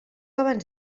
abans